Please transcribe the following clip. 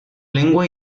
lengua